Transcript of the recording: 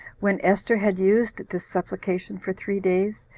when esther had used this supplication for three days,